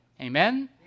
amen